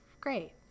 great